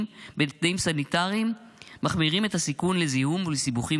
מחמירים את הסיכון לזיהום ולסיבוכים